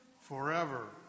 forever